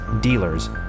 dealers